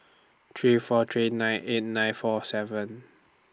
three four three nine eight nine four seven